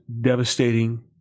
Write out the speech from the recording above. devastating